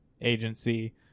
Agency